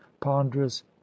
ponderous